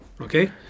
okay